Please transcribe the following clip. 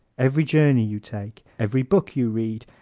every journey you take, every book you read,